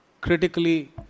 critically